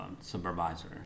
supervisor